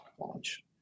launch